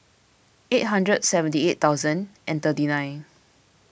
eight hundred seventy eight thousand and thirty nine